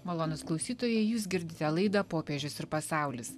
malonūs klausytojai jūs girdite laidą popiežius ir pasaulis